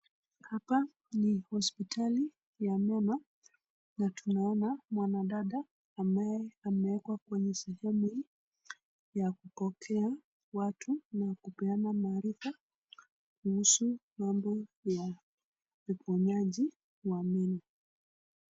Hapa ni hospitali ya meno na tunaona mwanadada ambaye ameekwa kwenye sehemu hii ya kupokea watu na kupeana maarifa kuhusu mambo ya uponyaji wa meno.